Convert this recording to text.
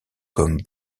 comme